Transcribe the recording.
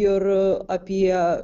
ir apie